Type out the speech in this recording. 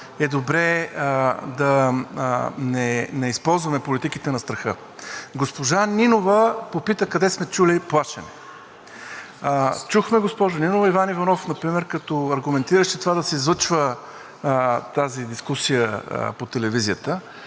е добре да не използваме политиките на страха. Госпожа Нинова попита къде сме чули плашене. Госпожо Нинова, чухме Иван Иванов от Вашата група например, когато аргументираше това да се излъчва тази дискусия по телевизията,